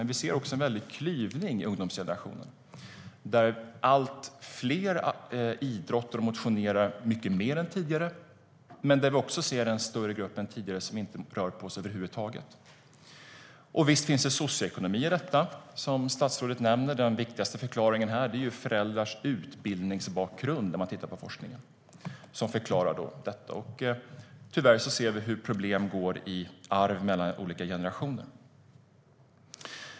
Men vi ser också en väldig klyvning i ungdomsgenerationen, där allt fler idrottar och motionerar mycket mer än tidigare men där en större grupp än tidigare inte rör på sig över huvud taget. Visst finns det socioekonomi i detta, som statsrådet nämner. Den viktigaste förklaringen här, när man tittar på forskningen, är föräldrars utbildningsbakgrund. Tyvärr ser vi hur problem går i arv mellan olika generationer.